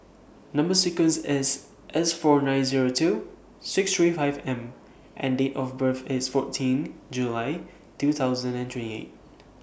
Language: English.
Number sequence IS S four nine Zero two six three five M and Date of birth IS fourteen July two thousand and twenty eight